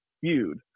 feud